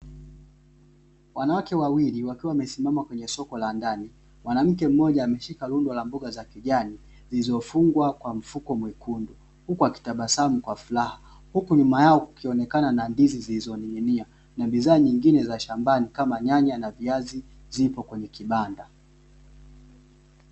Wanawake wawili wakiwa wamesimama kwenye soko la ndani, mwanamke mmoja ameshika rundo la mboga za kijani zilzofungwa kwa mfuko mwekundu, huku akitabasamu kwa furaha, huku nyuma kukionekana na ndizi zilizoning'inia na bidhaa zingine za shambani kama nyanya na viazi zipo kwenye vibanda.